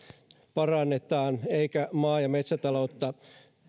parannetaan eikä maa ja metsätaloutta